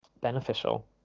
beneficial